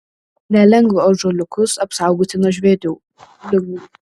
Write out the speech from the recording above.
nelengva ąžuoliukus apsaugoti nuo žvėrių ligų